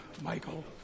Michael